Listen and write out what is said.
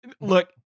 look